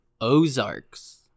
Ozarks